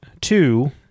Two